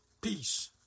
Peace